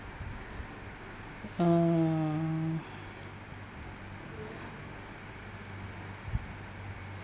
uh